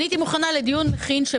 הייתי מוכנה לדיון מכין,